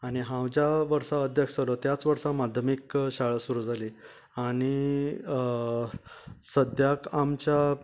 आनी हांव ज्या वर्साक अध्यक्ष जालो त्याच वर्साक माध्यामीक शाळा सुरू जाली आनी सद्याक आमच्या